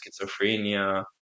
schizophrenia